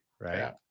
Right